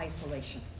isolation